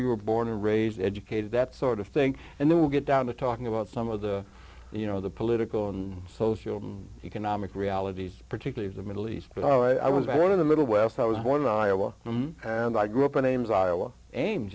you were born and raised educated that sort of thing and then we'll get down to talking about some of the you know the political and social economic realities particularly the middle east but i was one of the middle west i was born iowa and i grew up in ames iowa ames